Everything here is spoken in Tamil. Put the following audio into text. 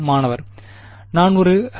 மாணவர் குறிப்பு நேரம் 1352